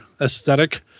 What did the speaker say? aesthetic